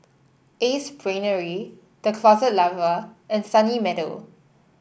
Ace Brainery The Closet Lover and Sunny Meadow